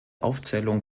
aufzählung